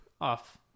off